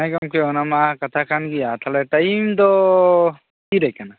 ᱜᱮᱸ ᱜᱚᱢᱠᱮ ᱚᱱᱟ ᱢᱟ ᱠᱟᱛᱷᱟ ᱠᱟᱱ ᱜᱮᱭᱟ ᱛᱟᱦᱚᱞᱮ ᱴᱟᱭᱤᱢ ᱫᱚ ᱛᱤ ᱨᱮ ᱠᱟᱱᱟ